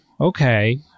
Okay